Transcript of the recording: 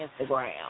Instagram